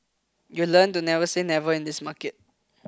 you learn to never say never in this market